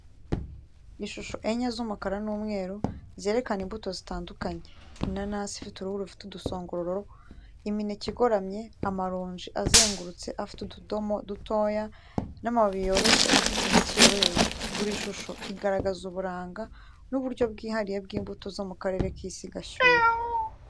Ishusho enye z’umukara n’umweru, zerekana imbuto zitandukanye: inanasi ifite uruhu rufite udusongororo, imineke igoramye, amaronji azengurutse afite utudomo dutoya, n’amababi yoroshye afite imitsi yoroheje. Buri shusho igaragaza uburanga n’uburyo bwihariye bw’imbuto zo mu karere k’isi gashyuha.